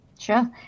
Sure